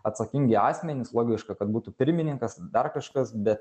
atsakingi asmenys logiška kad būtų pirmininkas dar kažkas bet